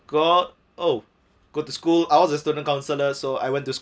god oh go to school I was a student counsellor so I went to